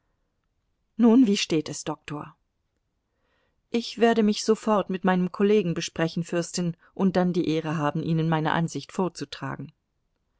nun wie steht es doktor ich werde mich sofort mit meinem kollegen besprechen fürstin und dann die ehre haben ihnen meine ansicht vorzutragen